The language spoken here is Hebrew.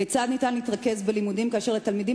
כיצד ניתן להתרכז בלימודים כאשר לתלמידים,